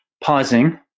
pausing